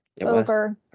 over